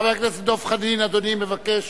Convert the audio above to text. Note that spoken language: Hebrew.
חבר הכנסת דב חנין, אדוני מבקש